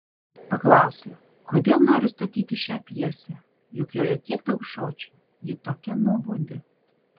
paklausė kodėl noriu statyti šią pjesę juk joje tiek daug žodžių ji tokia nuobodi